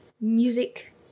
music